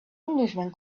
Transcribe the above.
englishman